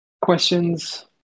questions